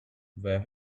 where